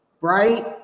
right